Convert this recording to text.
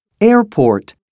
Airport